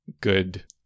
good